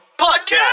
podcast